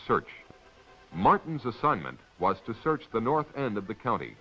search martin's assignment was to search the north end of the county